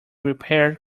repaired